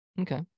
Okay